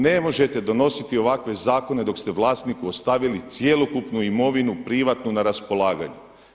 Ne možete donositi ovakve zakone dok ste vlasniku ostavili cjelokupnu imovinu privatnu na raspolaganju.